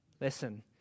Listen